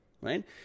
right